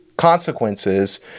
consequences